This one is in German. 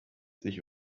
sich